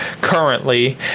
currently